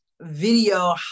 video